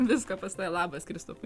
visko pas tave labas kristupai